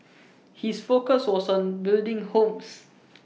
his focus was on building homes